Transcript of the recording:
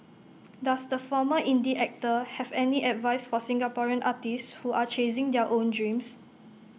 does the former indie actor have any advice for Singaporean artists who are chasing their own dreams